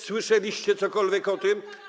Słyszeliście cokolwiek o tym?